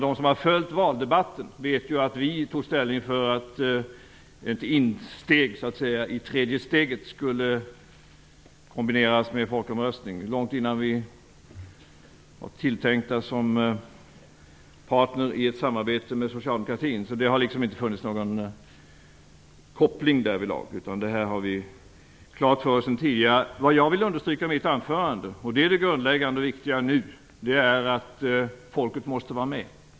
De som följde valdebatten vet ju att vi tog ställning för att ett inträde i tredje steget skulle kombineras med folkomröstning långt innan vi var tilltänkta som partner i ett samarbete med socialdemokratin. Så det har inte funnits någon koppling därvidlag, utan det här har vi klart för oss sedan tidigare. Vad jag vill understryka - och det är det viktiga och grundläggande nu - är att folket måste vara med.